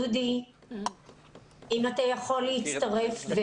דודי, אם אתה יכול להצטרף.